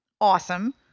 Awesome